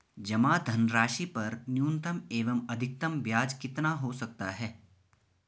जमा धनराशि पर न्यूनतम एवं अधिकतम ब्याज कितना हो सकता है?